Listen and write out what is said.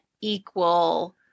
equal